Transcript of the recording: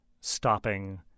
stopping